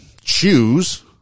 choose